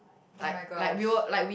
oh-my-gosh